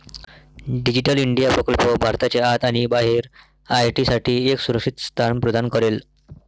digital India प्रकल्प भारताच्या आत आणि बाहेर आय.टी साठी एक सुरक्षित स्थान प्रदान करेल